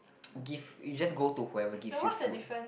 give you just go to whoever gives you food